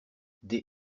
des